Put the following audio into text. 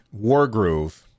Wargroove